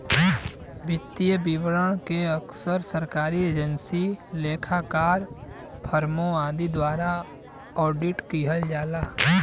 वित्तीय विवरण के अक्सर सरकारी एजेंसी, लेखाकार, फर्मों आदि द्वारा ऑडिट किहल जाला